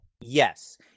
yes